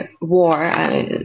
War